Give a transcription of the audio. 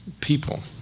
people